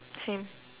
same